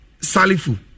salifu